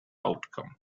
outcome